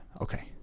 Okay